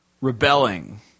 rebelling